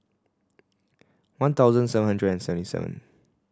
one thousand seven hundred and seventy seven